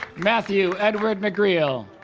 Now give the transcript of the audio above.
matthew edward mcgreal